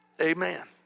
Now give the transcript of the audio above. Amen